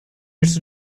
its